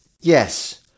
Yes